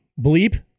bleep